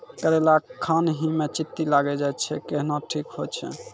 करेला खान ही मे चित्ती लागी जाए छै केहनो ठीक हो छ?